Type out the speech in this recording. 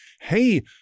hey